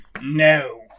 No